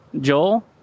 joel